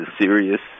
serious